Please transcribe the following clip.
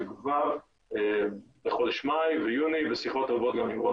וכבר בחודש מאי ויוני ושיחות רבות גם עם רון